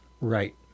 Right